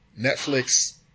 Netflix